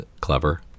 clever